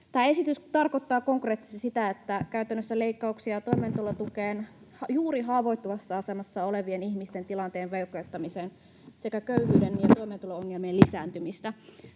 Tämä esitys tarkoittaa käytännössä leikkauksia toimeentulotukeen, juuri haavoittuvassa asemassa olevien ihmisten tilanteen vaikeuttamista sekä köyhyyden ja toimeentulo-ongelmien lisääntymistä.